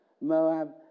Moab